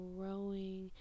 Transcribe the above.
growing